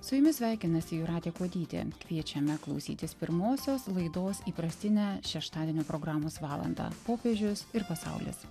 su jumis sveikinasi jūratė kuodytė kviečiame klausytis pirmosios laidos įprastinę šeštadienio programos valandą popiežius ir pasaulis